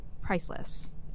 priceless